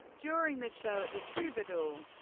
during the show at the troubadour,